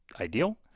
ideal